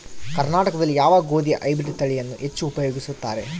ಕರ್ನಾಟಕದಲ್ಲಿ ಯಾವ ಗೋಧಿಯ ಹೈಬ್ರಿಡ್ ತಳಿಯನ್ನು ಹೆಚ್ಚು ಉಪಯೋಗಿಸುತ್ತಾರೆ?